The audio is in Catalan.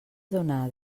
donar